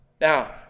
Now